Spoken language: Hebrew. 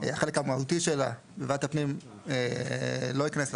החלק המהותי שלה בוועדת הפנים לא ייכנס לחוק,